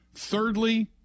Thirdly